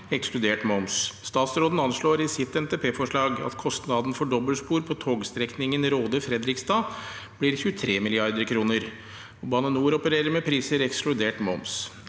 ekskludert mva. Statsråden anslår i sitt NTP-forslag at kostnaden for dobbeltspor på togstrekningen Råde−Fredrikstad blir 23 mrd. kr. Bane Nor opererer med priser ekskludert mva.